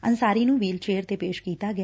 ਅੰਸਾਰੀ ਨੂੰ wheelchair ਤੇ ਪੇਸ਼ ਕੀਤਾ ਗਿਆ